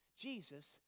Jesus